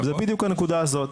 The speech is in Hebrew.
זו בדיוק הנקודה הזאת.